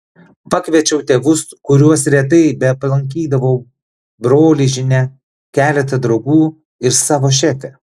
pakviečiau tėvus kuriuos retai beaplankydavau brolį žinia keletą draugų ir savo šefę